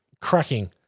cracking